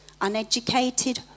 uneducated